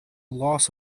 loss